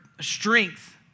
strength